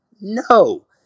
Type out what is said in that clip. no